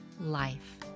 life